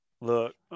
Look